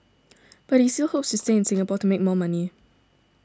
but he still hopes to stay in Singapore to make more money